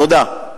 תודה.